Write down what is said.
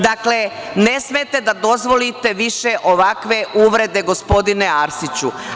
Dakle, ne smete da dozvolite više ovakve uvrede, gospodine Arsiću.